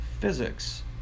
physics